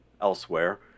elsewhere